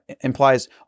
implies